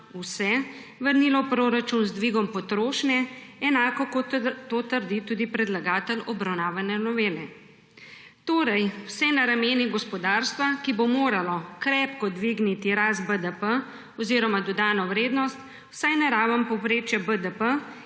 vse vrnilo v proračun z dvigom potrošnje, enako kot to trdi tudi predlagatelj obravnavane novele. Torej vse na ramenih gospodarstva, ki bo moralo krepko dvigniti rast BDP oziroma dodano vrednost vsaj na raven povprečja BDP